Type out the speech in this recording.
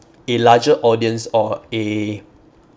a larger audience or a